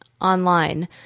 online